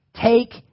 take